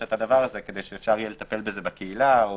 זאת כדי שאפשר יהיה לטפל בזה בקהילה או